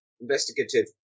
investigative